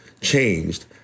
changed